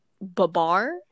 Babar